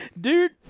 Dude